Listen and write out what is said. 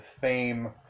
fame